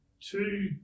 two